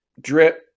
drip